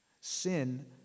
Sin